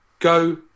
Go